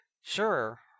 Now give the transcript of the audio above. Sure